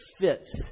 fits